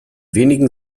wenigen